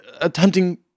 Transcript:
attempting